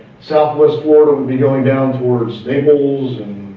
southwest florida would be going down towards, naples and,